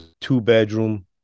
two-bedroom